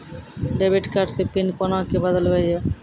Debit card के PIN कोना के बदलबै यो?